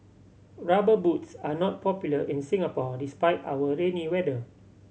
Rubber Boots are not popular in Singapore despite our rainy weather